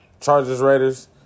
Chargers-Raiders